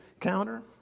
counter